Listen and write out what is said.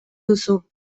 duzu